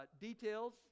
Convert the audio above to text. details